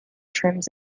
trims